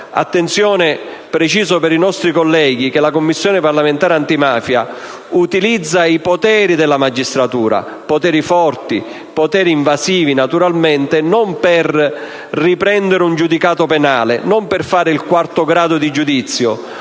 Paese. Preciso per i nostri colleghi che la Commissione parlamentare antimafia utilizza i poteri della magistratura - poteri forti, poteri invasivi naturalmente - non per riprendere un giudicato penale, non per fare il quarto grado di giudizio,